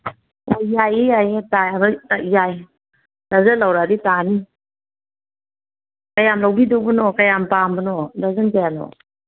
ꯑꯣ ꯌꯥꯏꯌꯦ ꯌꯥꯏꯌꯦ ꯇꯥꯕ ꯌꯥꯏ ꯗ꯭ꯔꯖꯟ ꯂꯧꯔꯛꯑꯗꯤ ꯇꯥꯅꯤ ꯀꯌꯥꯝ ꯂꯧꯕꯤꯗꯧꯕꯅꯣ ꯀꯌꯥꯝ ꯄꯥꯝꯕꯅꯣ ꯗ꯭ꯔꯖꯟ ꯀꯌꯥꯅꯣ